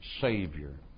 Savior